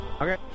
Okay